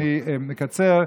אני מקצר,